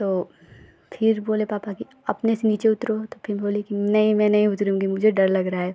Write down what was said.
तो फिर बोले पापा कि अपने से नीचे उतरो तो फिर बोली कि नहीं मैं नहीं उतरूँगी मुझे डर लग रहा है